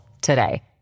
today